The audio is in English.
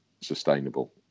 sustainable